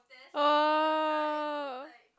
oh